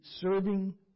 serving